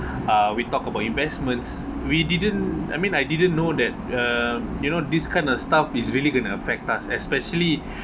uh we talk about investments we didn't I mean I didn't know that uh you know this kind of stuff is really gonna affect us especially